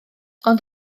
ond